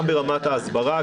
גם ברמת ההסברה,